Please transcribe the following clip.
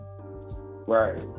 Right